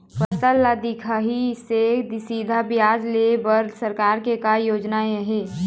फसल ला दिखाही से सीधा बजार लेय बर सरकार के का योजना आहे?